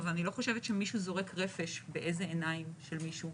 אבל אני לא חושבת שמישהו זורק רפס בעיניים של מישהו.